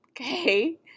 okay